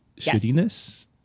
shittiness